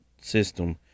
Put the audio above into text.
system